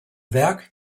werk